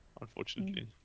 unfortunately